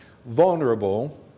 vulnerable